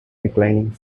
reclining